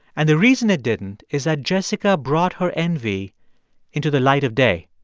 and the reason it didn't is that jessica brought her envy into the light of day.